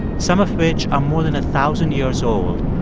some of which are more than a thousand years old,